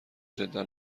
جدا